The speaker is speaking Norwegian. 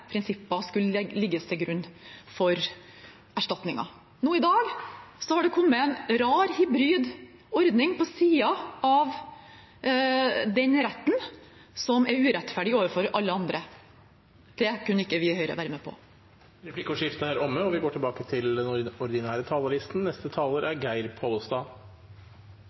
til grunn for erstatningen. Nå i dag har det kommet en rar hybrid ordning på siden av den retten, som er urettferdig overfor alle andre. Det kunne ikke vi i Høyre være med på. Replikkordskiftet er omme. Saksordføraren – og